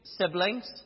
siblings